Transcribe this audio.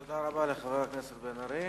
תודה רבה לחבר הכנסת בן-ארי.